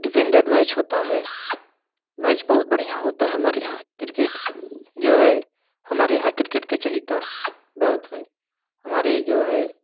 defender match होता है match बहुत बढ़िया होता है हमारे यहाँ क्रिकेट जो है हमारे यहाँ क्रिकेट के चाहता बहुत है हमारे जो है